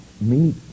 meet